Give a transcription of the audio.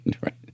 Right